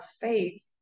faith